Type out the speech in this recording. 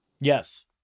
Yes